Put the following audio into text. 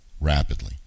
Rapidly